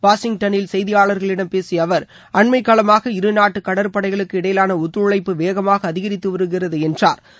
வாஷிங்டனில் செய்தியாளர்களிடம் பேசிய அவர் அண்மை காலமாக இரு நாட்டு கடற்படைகளுக்கு இடையிலான ஒத்துழைப்பு வேகமாக அதிகரித்து வருகிறது என்றாா்